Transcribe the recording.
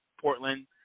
Portland